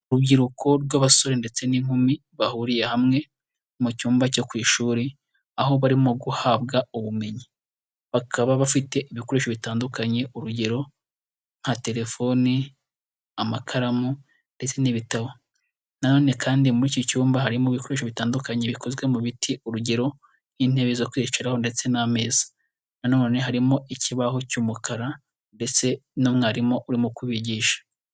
Urubyiruko rw'abasore ndetse n'inkumi bahuriye hamwe mu cyumba cyo ku ishuri, aho barimo guhabwa ubumenyi, bakaba bafite ibikoresho bitandukanye, urugero nka terefoni, amakaramu ndetse n'ibitabo, na none kandi muri iki cyumba harimo ibikoresho bitandukanye bikozwe mu biti urugero, nk'intebe zo kwicaraho ndetse n'ameza, na none harimo ikibaho cy'umukara ndetse n'umwarimu urimo kubigisha.